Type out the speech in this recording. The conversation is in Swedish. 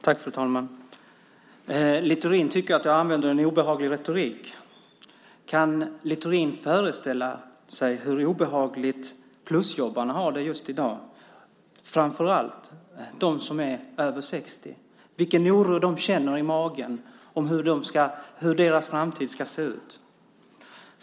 Fru talman! Littorin tycker att jag använder en obehaglig retorik. Kan Littorin föreställa sig hur obehagligt plusjobbarna har det i dag, framför allt de som är över 60? Kan han föreställa sig vilken oro de känner i magen för hur deras framtid ska se ut?